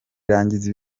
ryagize